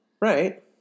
Right